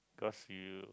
cause you